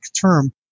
term